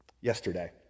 Yesterday